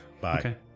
Bye